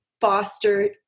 foster